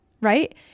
right